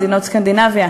מדינות סקנדינביה: